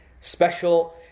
special